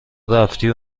رفتی